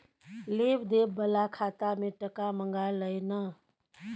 लेब देब बला खाता मे टका मँगा लय ना